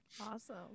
Awesome